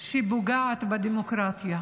שפוגעת בדמוקרטיה.